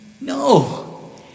No